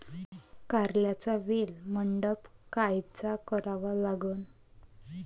कारल्याचा वेल मंडप कायचा करावा लागन?